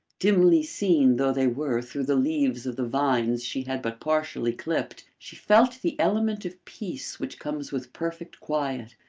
dimly seen though they were through the leaves of the vines she had but partially clipped, she felt the element of peace which comes with perfect quiet,